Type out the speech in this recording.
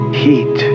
heat